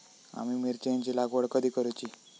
आम्ही मिरचेंची लागवड कधी करूची?